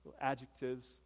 adjectives